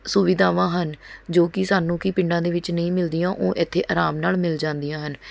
ਸੁਵਿਧਾਵਾਂ ਹਨ ਜੋ ਕਿ ਸਾਨੂੰ ਕਿ ਪਿੰਡਾਂ ਦੇ ਵਿੱਚ ਨਹੀਂ ਮਿਲਦੀਆਂ ਉਹ ਇੱਥੇ ਆਰਾਮ ਨਾਲ਼ ਮਿਲ ਜਾਂਦੀਆਂ ਹਨ